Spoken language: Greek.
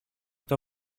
του